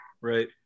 right